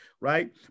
right